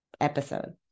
Episode